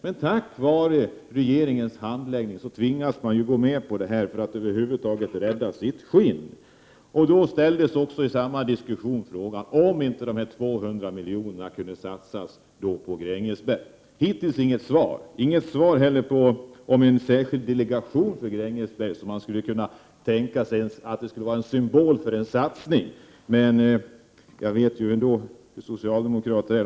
Men på grund av regeringens handläggning tvingas man till ett accepterande för att över huvud taget kunna rädda sitt eget skinn. I samma diskussion ställdes frågan om inte de två hundra miljonerna kunde satsas på Grängesberg. Hittills har vi inte fått något svar. Inte heller har vi fått något svar på frågan om en särskild delegation för Grängesberg, som kunde vara en symbol för en satsning. Men jag vet hur socialdemokraterna är.